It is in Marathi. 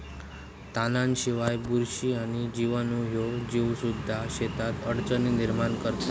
तणांशिवाय, बुरशी आणि जीवाणू ह्ये जीवसुद्धा शेतात अडचणी निर्माण करतत